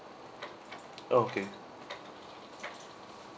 okay